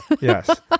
Yes